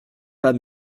pas